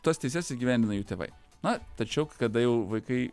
tas teises įgyvendina jų tėvai na tačiau kada jau vaikai